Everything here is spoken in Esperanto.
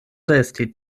resti